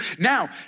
Now